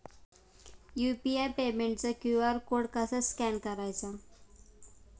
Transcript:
UPI पेमेंटचा QR code कसा scan करायचा?